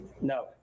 No